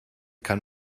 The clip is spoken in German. kann